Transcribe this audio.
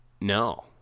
no